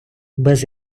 без